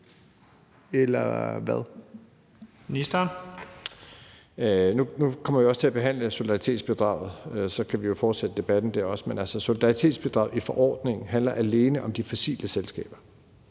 (Jeppe Bruus): Nu kommer vi også til at behandle solidaritetsbidraget, og så kan vi jo også fortsætte debatten der. Men solidaritetsbidraget i forordningen handler alene om de fossile selskaber,